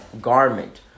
garment